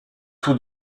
tous